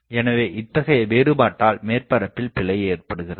எனவே இத்தகைய வேறுபாட்டால் மேற்பரப்பில் பிழை ஏற்படுகிறது